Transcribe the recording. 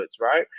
right